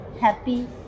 happy